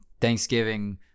Thanksgiving